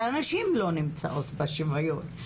שהנשים לא נמצאות בשוויון הזה.